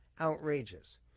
Outrageous